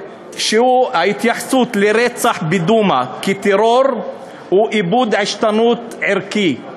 ההתייחסות לרצח בדומא כטרור היא איבוד עשתונות ערכי.